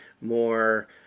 more